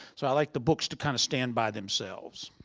so i like the books to kind of stand by themselves.